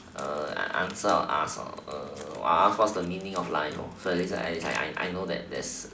err I answer I ask for err I ask what's the meaning of life so at least I I know that there is